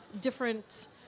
different